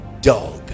dog